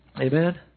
Amen